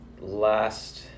last